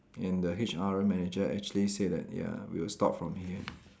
and the H_R manager actually said that ya we'll stop from here